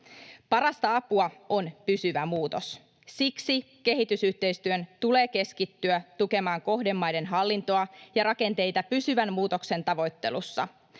Parasta apua on pysyvä muutos. Siksi kehitysyhteistyön tulee keskittyä tukemaan kohdemaiden hallintoa ja rakenteita pysyvän muutoksen tavoittelussa.